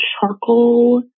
charcoal